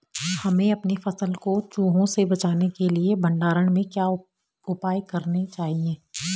हमें अपनी फसल को चूहों से बचाने के लिए भंडारण में क्या उपाय करने चाहिए?